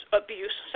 abuse